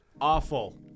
Awful